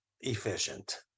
efficient